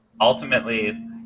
Ultimately